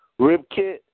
Ribkit